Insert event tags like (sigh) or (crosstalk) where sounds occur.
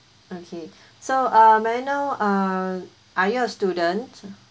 okay so uh may I know uh are you a student (noise)